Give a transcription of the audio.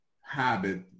habit